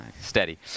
Steady